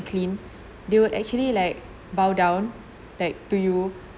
clean they would actually like bow down back to you